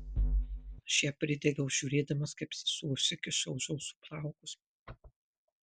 aš ją pridegiau žiūrėdamas kaip sesuo užsikiša už ausų plaukus